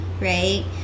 right